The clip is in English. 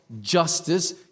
justice